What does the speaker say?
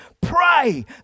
Pray